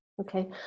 Okay